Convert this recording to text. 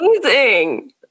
amazing